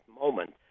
moment